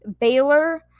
Baylor